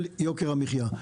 של יוקר המחיה.